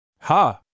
Ha